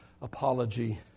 Apology